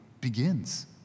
begins